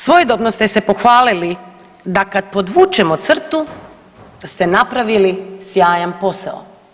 Svojedobno ste se pohvalili da kad podvučemo crtu ste napravili sjajan posao.